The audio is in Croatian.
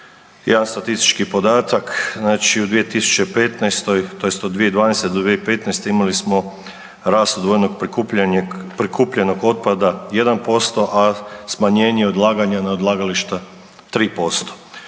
jedan statistički podatak od 2012.-2015. imali smo rast odvojenog prikupljanog otpada 1%, a smanjenje odlaganja na odlagališta 3%,